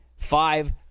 Five